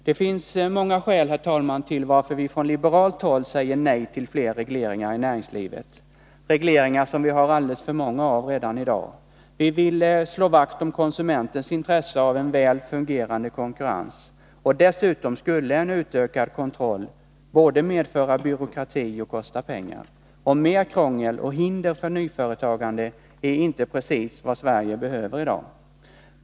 Det finns många skäl, herr talman, till att vi från liberalt håll säger nej till fler regleringar i näringslivet, regleringar som vi har alldeles för många av redan i dag. Vi vill slå vakt om konsumentens intresse av en väl fungerande konkurrens. Dessutom skulle en utökad kontroll både medföra byråkrati och kosta pengar. Och mer krångel och hinder för nyföretagande är inte precis vad Sverige behöver i dag.